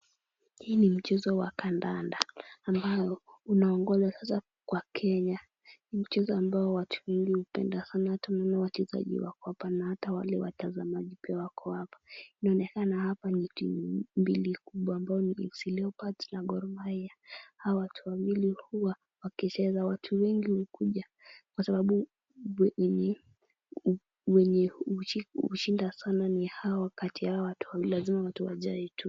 Hii ni mchezo wa kandada ambao unaongoza kwa Kenya. Ni mchezo ambao watu wengi hupenda sana hata naona wachezaji wako hapa hata wale watazamaji pia wako hapa. Inaonekana hapa ni timu mbili kubwa ambao ni FC Leopards na Gor Mahia. Hawa watu wawili huwa wakicheza watu wengi hukuja kwa sababu wenye hushinda sana ni hawa kati ya hawa watu wawili. Lazima watu wajae tu.